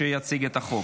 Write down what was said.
שיציג את החוק.